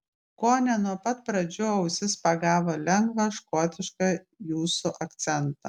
kone nuo pat pradžių ausis pagavo lengvą škotišką jūsų akcentą